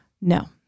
No